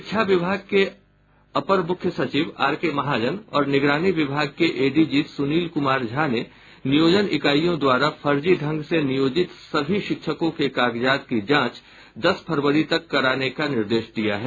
शिक्षा विभाग के अपर मुख्य सचिव आर के महाजन और निगरानी विभाग के एडीजी सुनील कुमार झा ने नियोजन इकाईयों द्वारा फर्जी ढंग से नियोजित सभी शिक्षकों के कागजात की जांच दस फरवरी तक करने का निर्देश दिया है